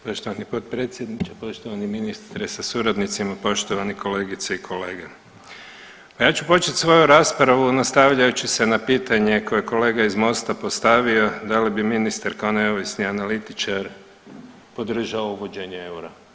Poštovani potpredsjedniče, poštovani ministre sa suradnicima, poštovani kolegice i kolege, a ja ću počet svoju raspravu nastavljajući se na pitanje koje je kolega iz MOST-a postavio da li bi ministar kao neovisni analitičar podržao uvoženje eura.